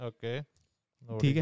Okay